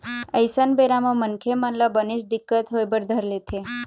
अइसन बेरा म मनखे मन ल बनेच दिक्कत होय बर धर लेथे